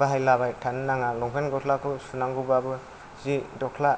बाहायलाबाय थानो नाङा लंफेन्त गस्लाखौ सुनांगौबाबो जि दख्ला